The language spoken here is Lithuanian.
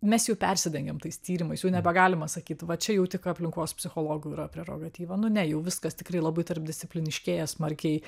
mes jau persidengiam tais tyrimais jau nebegalima sakyt va čia jau tik aplinkos psichologų yra prerogatyva nu ne jau viskas tikrai labai tarpdiscipliniškėja smarkiai